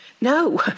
No